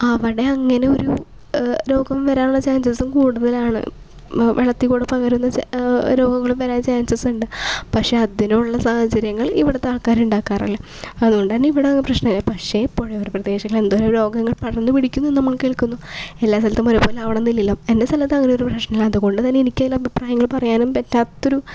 അവിടെ അങ്ങനെ ഒരു രോഗം വരാനുള്ള ചാൻസസും കൂടുതലാണ് വെള്ളത്തിൽ കൂടെ പകരുന്ന രോഗങ്ങളും വരാൻ ചാൻസസ് ഉണ്ട് പക്ഷേ അതിനുള്ള സാഹചര്യങ്ങൾ ഇവിടെത്തെ ആൾക്കാർ ഉണ്ടാക്കാറില്ല അതുകൊണ്ട് തന്നെ ഇവിടെ പ്രശ്നമില്ല പക്ഷേ എപ്പോഴും ഈ ഒരു പ്രദേശത്ത് എന്തോരം രോഗങ്ങൾ പടർന്ന് പിടിക്കുന്നു എന്ന് നമ്മൾ കേൾക്കുന്നു എല്ലാ സ്ഥലത്തും ഒരു പോലെ ആവണം എന്നില്ലല്ലോ എൻ്റെ സ്ഥലത്ത് അങ്ങനെ ഒരു പ്രശ്നം ഇല്ല അത്കൊണ്ട് തന്നെ എനിക്ക് അതിനകത്ത് അഭിപ്രായം പറയാനും പറ്റാത്തൊരു